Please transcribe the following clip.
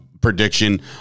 prediction